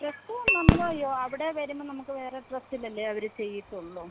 ഡ്രസ്സും നമ്മൾ ചെയ്യുമോ അവിടെ വരുമ്പം നമുക്ക് വേറെ ഡ്രസ്സിലല്ലേ അവർ ചെയ്യത്തുള്ളൂ